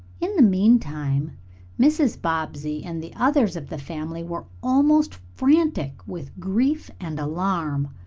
in the meantime mrs. bobbsey and the others of the family were almost frantic with grief and alarm.